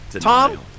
Tom